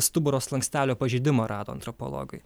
stuburo slankstelio pažeidimą rado antropologai